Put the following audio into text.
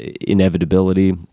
inevitability